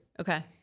Okay